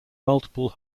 multiple